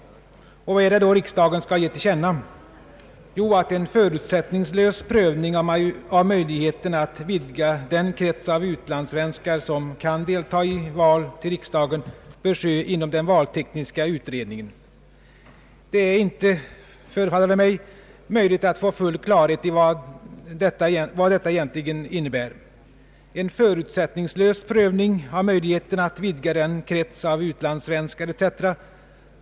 Vad är det då riksdagen skall ge till känna? Jo, att en förutsättningslös prövning av möjligheten att vidga den krets av utlandssvenskar som kan delta i val till riksdagen bör ske inom den valtekniska utredningen. Det är inte, förefaller det mig, möjligt att få full klarhet i vad detta egentligen innebär. ”En förutsättningslös prövning av möjligheterna att vidga den krets av utlandssvenskar” etc.